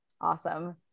Awesome